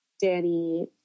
Danny